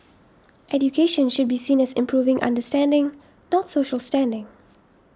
education should be seen as improving understanding not social standing